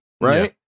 Right